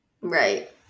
Right